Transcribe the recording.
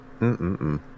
Mm-mm-mm